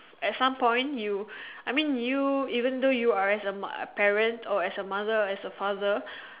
at some point you I mean you even though you're as a mo~ parents or as a mother or as a father